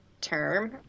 term